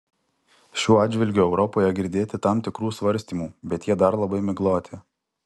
šiuo atžvilgiu europoje girdėti tam tikrų svarstymų bet jie dar labai migloti